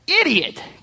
idiot